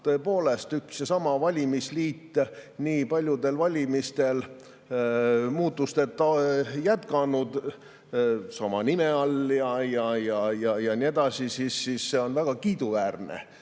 seal üks ja sama valimisliit nii paljudel valimistel muutusteta jätkanud, sama nime all ja nii edasi, siis see on väga kiiduväärne,